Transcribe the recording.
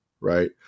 right